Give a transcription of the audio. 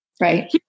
Right